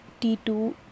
T2